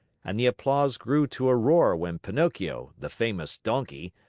and the applause grew to a roar when pinocchio, the famous donkey,